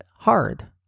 hard